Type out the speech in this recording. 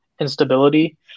instability